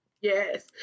Yes